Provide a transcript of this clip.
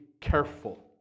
careful